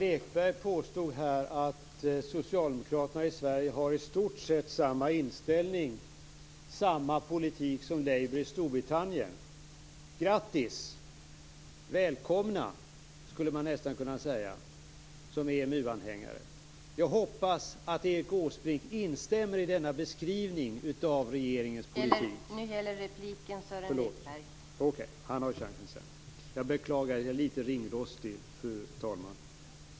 Fru talman! Förlåt! Åsbrink har chansen sedan. Jag beklagar detta. Jag är litet ringrostig, fru talman.